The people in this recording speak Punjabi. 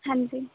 ਹਾਂਜੀ